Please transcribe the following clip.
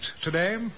today